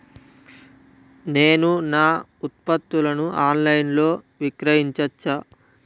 నేను నా ఉత్పత్తులను ఆన్ లైన్ లో విక్రయించచ్చా?